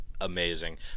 amazing